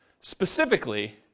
specifically